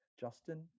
Justin